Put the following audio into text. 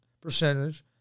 percentage